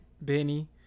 Benny